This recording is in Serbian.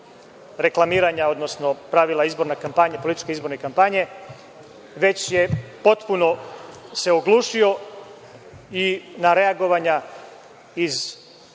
reklamiranja, odnosno pravila političke izborne kampanje, već se potpuno oglušio na reagovanja iz